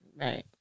Right